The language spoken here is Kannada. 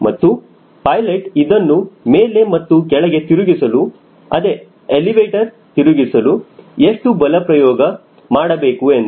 ಮತ್ತು ಪೈಲಟ್ ಇದನ್ನು ಮೇಲೆ ಮತ್ತು ಕೆಳಗೆ ತಿರುಗಿಸಲು ಅದೇ ಎಲಿವೇಟರ್ ತಿರುಗಿಸಲು ಎಷ್ಟು ಬಲಪ್ರಯೋಗ ಮಾಡಬೇಕು ಎಂದು